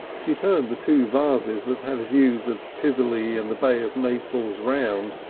she turned the two vases that had views of tivoli and the bay of naples round,